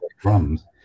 drums